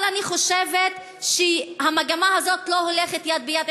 אבל אני חושבת שהמגמה הזאת לא הולכת יד ביד